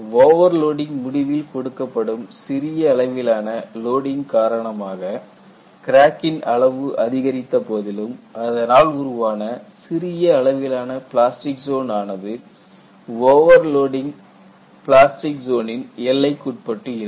overloading முடிவில் கொடுக்கப்படும் சிறிய அளவிலான லோடிங் காரணமாக கிராக்கின் அளவு அதிகரித்த போதிலும் அதனால் உருவான சிறிய அளவிலான பிளாஸ்டிக் ஜோன் ஆனது ஓவர்லோடிங் பிளாஸ்டிக் ஜோனின் எல்லைக்கு உட்பட்டு இருக்கும்